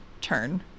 turn